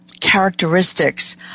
characteristics